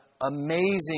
amazing